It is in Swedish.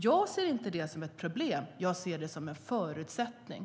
Jag ser inte det som ett problem utan som en förutsättning.